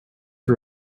for